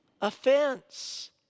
offense